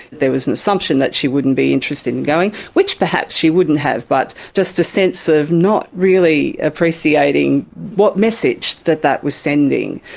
there was an assumption that she wouldn't be interested in going, which perhaps she wouldn't have, but just a sense of not really appreciating what message that that was sending.